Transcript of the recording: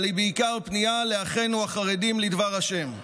אבל היא בעיקר פנייה לאחינו החרדים לדבר השם.